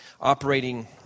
operating